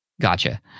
Gotcha